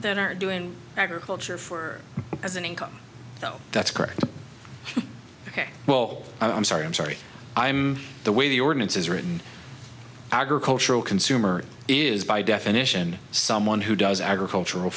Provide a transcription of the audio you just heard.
they are doing agriculture for as an income no that's correct ok well i'm sorry i'm sorry i'm the way the ordinance is written agricultural consumer is by definition someone who does agricultural